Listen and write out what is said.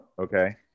Okay